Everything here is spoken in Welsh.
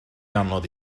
anodd